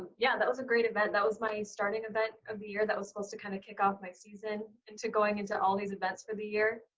yeah, that was a great event. that was my starting event of the year, that was supposed to kind of kick off my season, and to going into all these events for the year.